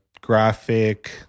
graphic